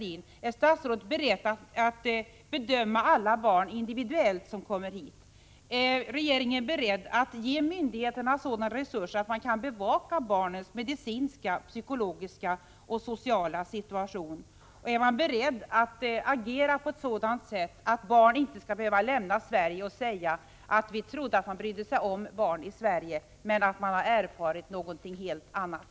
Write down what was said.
inte skall behöva lämna Sverige och säga att de trodde att man brydde sig om barn i Sverige men har erfarit något helt annat?